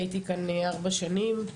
הייתי כאן ארבע שנים,